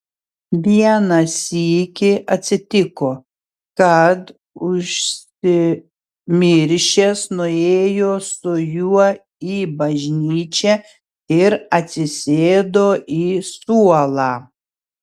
vieną sykį atsitiko kad užsimiršęs nuėjo su juo į bažnyčią ir atsisėdo į suolą